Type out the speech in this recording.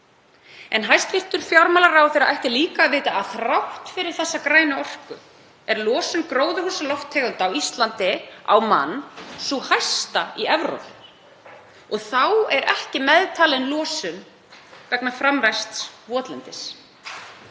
en hæstv. fjármálaráðherra ætti líka að vita að þrátt fyrir þá grænu orku er losun gróðurhúsalofttegunda á Íslandi á mann sú hæsta í Evrópu. Þá er ekki meðtalin losun vegna framræsts votlendis.